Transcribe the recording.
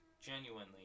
genuinely